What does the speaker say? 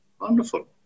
Wonderful